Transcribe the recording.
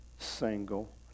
Single